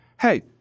Hey